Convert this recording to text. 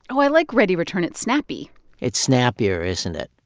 i like readyreturn. it's snappy it's snappier, isn't it?